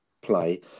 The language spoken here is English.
play